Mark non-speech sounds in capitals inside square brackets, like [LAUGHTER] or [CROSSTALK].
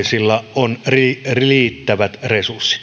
työviranomaisilla on riittävät resurssit [UNINTELLIGIBLE]